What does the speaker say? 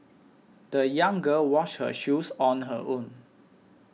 the young girl washed her shoes on her own